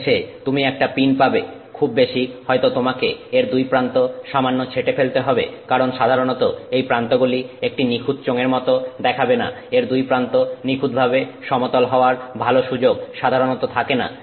এর শেষে তুমি একটা পিন পাবে খুব বেশি হয়তো তোমাকে এর দুই প্রান্ত সামান্য ছেঁটে ফেলতে হবে কারণ সাধারণত এই প্রান্তগুলি একটি নিখুঁত চোঙের মত দেখাবে না এর দুই প্রান্ত নিখুঁতভাবে সমতল হওয়ার ভালো সুযোগ সাধারণত থাকেনা